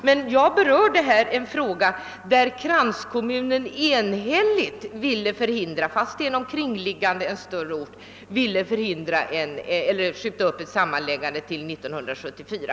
Men jag berörde här ett fall där kranskommunen, fastän den låg kring en större ort, enhälligt vill skjuta upp ett sammanläggande till 1974.